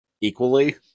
equally